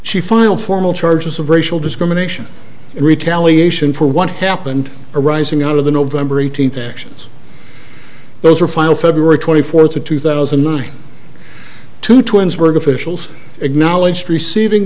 she filed formal charges of racial discrimination in retaliation for what happened arising out of the november eighteenth actions those were final february twenty fourth of two thousand and two twins were professionals acknowledged receiving